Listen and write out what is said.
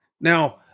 Now